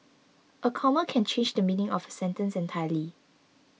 a comma can change the meaning of a sentence entirely